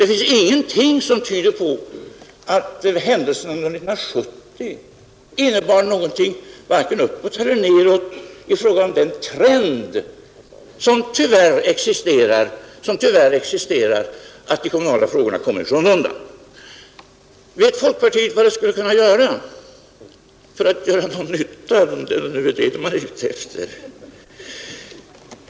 Det finns ingenting som tyder på att händelserna 1970 innebar någonting vare sig uppåt eller neråt i fråga om den trend som tyvärr existerar att de kommunala frågorna kommer i skymundan. Vet folkpartiet vad det skulle kunna göra för att göra någon nytta, om det är vad man är ute efter?